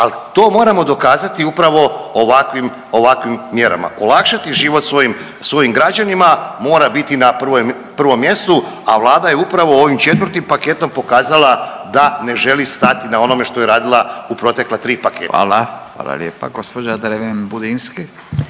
al to moramo dokazati upravo ovakvim, ovakvim mjerama. Olakšati život svojim, svojim građanima mora biti na prvom, prvom mjestu, a Vlada je upravo ovim 4. paketom pokazala da ne želi stati na onome što je radila u protekla 3 paketa. **Radin, Furio (Nezavisni)** Hvala, hvala lijepa. Gđa. Dreven Budinski.